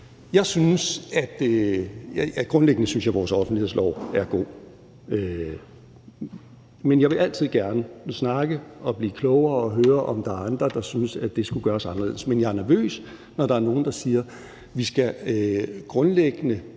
synes jeg, at vores offentlighedslov er god, men jeg vil altid gerne snakke og blive klogere og høre, om der er andre, der synes, at det skulle gøres anderledes. Men jeg er nervøs, når nogle siger, at vi grundlæggende